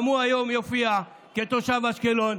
גם הוא היום יופיע כתושב אשקלון.